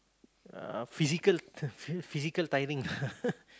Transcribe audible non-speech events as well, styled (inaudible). uh physical physical tiring (laughs)